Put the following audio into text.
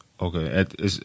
Okay